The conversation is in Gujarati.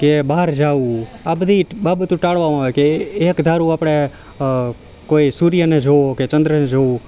કે બહાર જાવું આ બધી બાબતો ટાળવામાં આવે કે એક ધારું આપણે કોઈ સૂર્યને જોવો કે ચંદ્રને જોવું